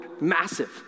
massive